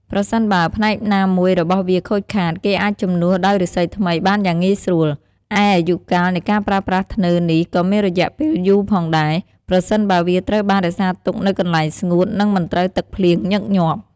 ប្រសិនបើ ផ្នែកណាមួយរបស់វាខូចខាត គេអាចជំនួសដោយឬស្សីថ្មីបានយ៉ាងងាយស្រួល ឯអាយុកាលនៃការប្រើប្រាស់ធ្នើរនេះក៏មានរយៈពេលយូរផងដែរ ប្រសិនបើវាត្រូវបានរក្សាទុកនៅកន្លែងស្ងួត និងមិនត្រូវទឹកភ្លៀងញឹកញាប់។